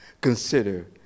consider